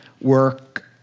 work